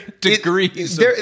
degrees